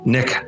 Nick